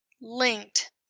linked